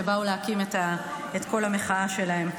שבאו להקים את קול המחאה שלהם,